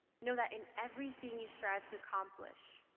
know that in everything you strive to accomplish,